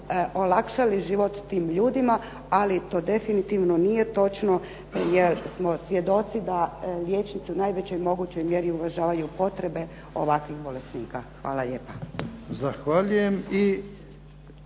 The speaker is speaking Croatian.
olakšali život tim ljudima. Ali to definitivno nije točno jer smo svjedoci da liječnici u najvećoj mogućoj mjeri uvažavaju potrebe ovakvih bolesnika. Hvala lijepa.